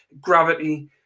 gravity